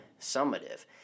summative